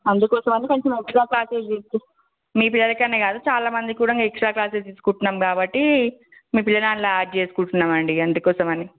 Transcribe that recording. అందుకోసం అని కొంచెం ఎక్స్ట్రా ప్రాక్టీస్ చేపిస్తే మీ పిల్లలకనే కాదు చాలా మందికి కూడాను ఎక్స్ట్రా క్లాసెస్ తీసుకుంటున్నాము కాబట్టి మీ పిల్లగాన్ల యాడ్ చేసుకుంటున్నాము అండి అందుకోసమని అందుకోసం అని